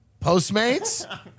Postmates